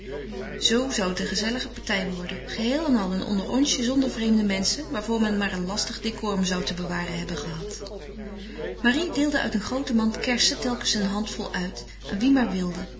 zoo zou het een gezellige partij worden geheel en al een onderonsje zonder vreemde menschen waarvoor men maar een lastig decorum zou te bewaren hebben gehad marie deelde uit een groote mand kersen telkens een handvol uit aan wie maar wilde